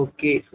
Okay